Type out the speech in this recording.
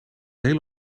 hele